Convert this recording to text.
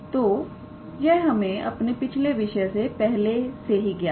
तो यह हमें अपने पिछले विषय से पहले से ही ज्ञात था